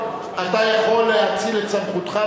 אתה יכול להאציל את סמכותך,